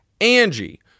Angie